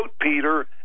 Peter